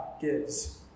gives